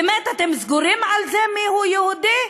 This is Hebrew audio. באמת אתם סגורים על זה מיהו יהודי?